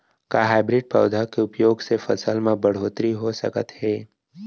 का हाइब्रिड पौधा के उपयोग से फसल म बढ़होत्तरी हो सकत हे?